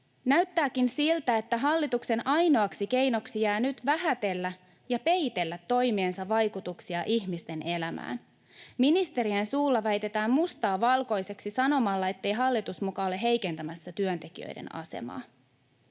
Näyttääkin siltä, että hallituksen ainoaksi keinoksi jää nyt vähätellä ja peitellä toimiensa vaikutuksia ihmisten elämään. Ministerien suulla väitetään mustaa valkoiseksi sanomalla, ettei hallitus muka ole heikentämässä työntekijöiden asemaa.